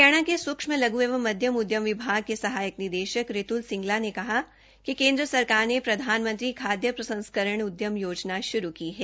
हरियाणा के सूक्ष्म लघु एवं मध्यम उद्यम विभाग के सहायक निदेषक रितु सिंगला ने कहा है कि केन्द्र सरकार ने प्रधानमंत्री खाद्य प्रसंस्करण उद्यम योजना शुरू की है